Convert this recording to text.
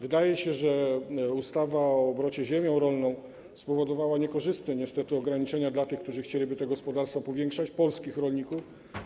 Wydaje się, że ustawa o obrocie ziemią rolną spowodowała niekorzystne niestety ograniczenia dla tych, którzy chcieliby te gospodarstwa powiększać, polskich rolników.